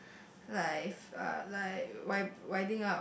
life uh like wipe~ wiping up